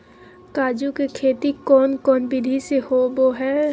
काजू के खेती कौन कौन विधि से होबो हय?